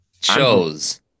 Chose